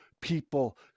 people